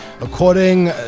According